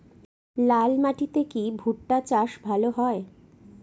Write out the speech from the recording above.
লাল মাটিতে কি ভুট্টা চাষ ভালো হয়?